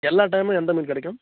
எல்லா டைமும் எந்த மீன் கிடைக்கும்